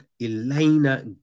Elena